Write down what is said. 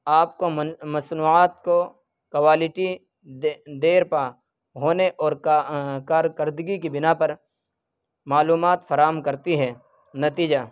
آپ کو مصنوعات کو کوائلٹی دیر پا ہونے اور کارکردگی کی بنا پر معلومات فراہم کرتی ہے نتیجہ